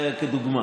זה רק כדוגמה.